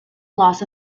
loss